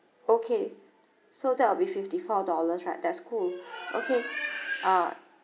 okay so that will be fifty-four dollars right that's cool okay uh